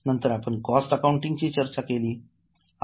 नंतर आपण cost accounting ची चर्चा केली